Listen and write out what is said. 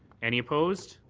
any opposed?